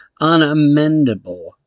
unamendable